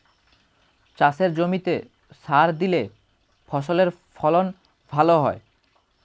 চাষের জমিতে সার দিলে ফসলের ফলন ভালো হয়